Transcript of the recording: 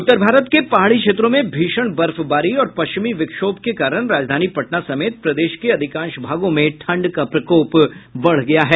उत्तर भारत के पहाड़ी क्षेत्रों में भीषण बर्फबारी और पश्चिमी विक्षोभ के कारण राजधानी पटना समेत प्रदेश के अधिकांश भागों में ठंड का प्रकोप बढ़ गया है